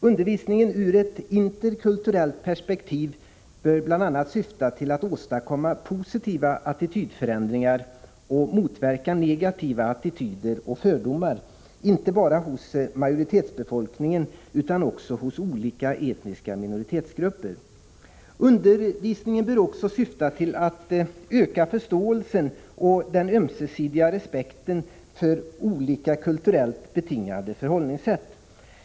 Undervisningen ur ett interkulturellt perspektiv bör bl.a. syfta till att åstadkomma positiva attitydförändringar och motverka negativa attityder och fördomar, inte bara hos majoritetsbefolkningen utan också hos olika etniska minoritetsgrupper. Undervisningen bör också syfta till att öka förståelsen och den ömsesidiga respekten för olika kulturellt betingade förhållningssätt.